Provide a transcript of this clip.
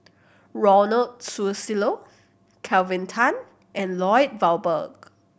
Ronald Susilo Kelvin Tan and Lloyd Valberg